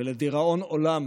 ולדיראון עולם